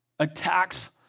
attacks